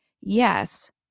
Yes